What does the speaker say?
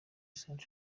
centre